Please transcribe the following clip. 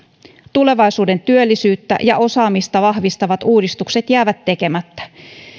tulevaisuuden työllisyyttä ja osaamista vahvistavat uudistukset jäävät tekemättä